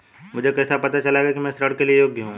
मुझे कैसे पता चलेगा कि मैं ऋण के लिए योग्य हूँ?